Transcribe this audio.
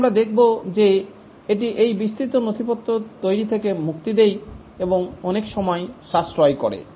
এখানে আমরা দেখব যে এটি এই বিস্তৃত নথিপত্র তৈরি থেকে মুক্তি দেয় এবং অনেক সময় সাশ্রয় করে